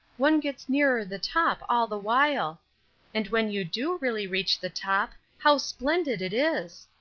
one gets nearer the top all the while and when you do really reach the top, how splendid it is!